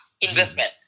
investment